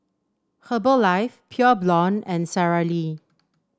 Herbalife Pure Blonde and Sara Lee